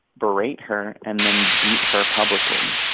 berate her and then beat her publicly.